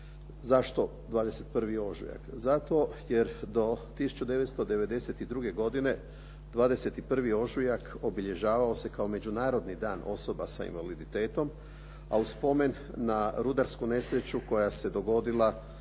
Zašto 21. ožujak? Zato jer do 1992. godine 21. ožujak obilježavao se kao međunarodni dan osoba sa invaliditetom, a u spomen na rudarsku nesreću koja se dogodila